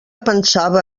pensava